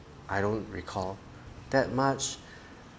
I don't recall that much